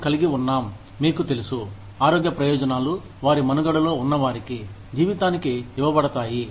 మనం కలిగి ఉన్నాం మీకు తెలుసు ఆరోగ్య ప్రయోజనాలు వారి మనుగడలో ఉన్నవారికి జీవితానికి ఇవ్వబడతాయి